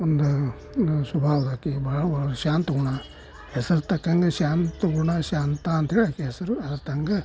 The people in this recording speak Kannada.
ಒಂದು ಸ್ವಭಾವದಾಕೆ ಭಾಳ ಶಾಂತ ಗುಣ ಹೆಸರು ತಕ್ಕಂಗೆ ಶಾಂತ ಗುಣ ಶಾಂತ ಅಂತ್ಹೇಳಿ ಆಕೆ ಹೆಸರು